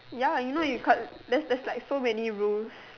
ya you know you can't there's there's like so many rules